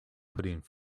putting